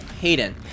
Hayden